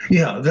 yeah,